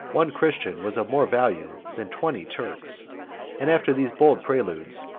one christian was of more value than twenty turks and, after these bold preludes,